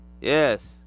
Yes